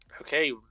Okay